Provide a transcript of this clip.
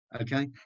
okay